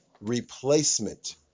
replacement